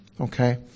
Okay